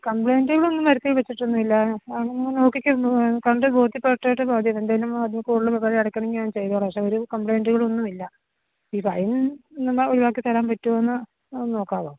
കംപ്ലയിൻറ്റുകളൊന്നും വരുത്തി വച്ചിട്ടൊന്നു ഇല്ല വേണമെങ്കിൽ നിങ്ങൾ നോക്കിക്കോ കണ്ടു ബോധ്യപ്പെട്ടിട്ട് മതി എന്തെങ്കിലും അതിൽ കൂടുതൽ തുക അടയ്ക്കണമെങ്കിൽ ഞാൻ ചെയ്തോളാം പക്ഷെ ഒരു കംപ്ലയിന്തുകളൊന്നും ഇല്ല ഈ ഫൈൻ നിന്ന് ഒഴിവാക്കി തരാൻ പറ്റുമോ എന്ന് ഒന്ന് നോക്കാമോ